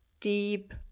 deep